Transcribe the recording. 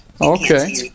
Okay